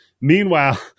Meanwhile